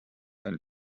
and